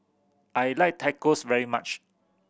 I like Tacos very much